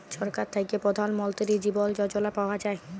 ছরকার থ্যাইকে পধাল মলতিরি জীবল যজলা পাউয়া যায়